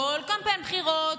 כל קמפיין בחירות,